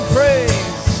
Praise